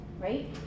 right